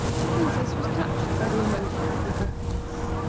the princess was touched by the emotion of the gryphoness.